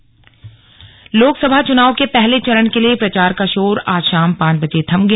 चुनाव प्रचार थमा लोकसभा चुनाव के पहले चरण के लिए प्रचार का शोर आज शाम पांच बजे थम गया